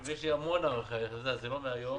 ויש לי המון הערכה אליך זה לא מהיום